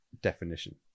definition